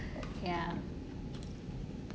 ya